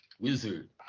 wizard